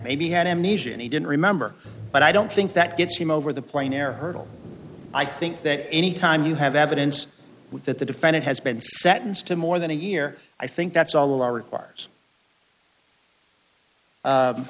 he had amnesia and he didn't remember but i don't think that gets him over the plain air hurdle i think that any time you have evidence that the defendant has been satins to more than a year i think that's all or requires